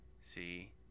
See